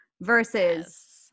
versus